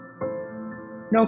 No